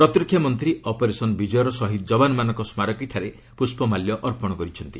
ପ୍ରତିରକ୍ଷା ମନ୍ତ୍ରୀ ଅପରେସନ୍ ବିଜୟର ଶହୀଦ୍ ଯବାନମାନଙ୍କ ସ୍କାରକୀରେ ପୁଷ୍ପମାଲ୍ୟ ଅର୍ପଣ କରିଛନ୍ତି